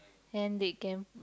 and they can